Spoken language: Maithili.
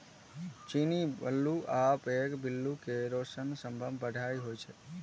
चीनी, बुलू आ पैघ पिल्लू के रेशम सबसं बढ़िया होइ छै